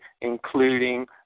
including